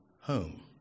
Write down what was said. home